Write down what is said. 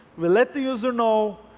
we let the user know,